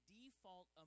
default